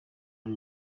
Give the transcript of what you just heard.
ari